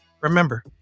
Remember